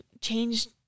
changed